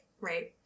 right